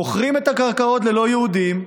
מוכרים את הקרקעות ללא יהודים,